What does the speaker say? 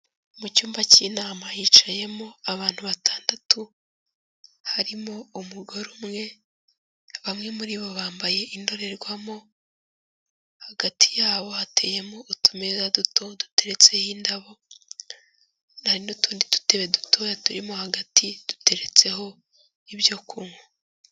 Mu cyumba cy'inama hicayemo abantu batandatu harimo umugore umwe, bamwe muri bo bambaye indorerwamo; hagati yabo hateyemo utumeza duto duteretseho indabo n'utundi dutebe dutoya turimo hagati, duteretseho ibyo kunywa.